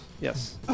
Yes